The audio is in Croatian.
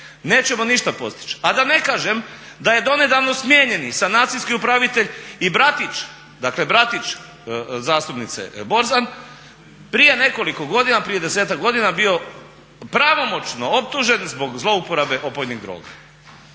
nećemo ništa postići. A da ne kažem da je donedavno smijenjeni sanacijski upravitelj i bratić, dakle bratić zastupnice Borzan prije nekoliko godina, prije 10-ak godina bio pravomoćno optužen zbog zlouporabe opojnih droga